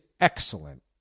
excellent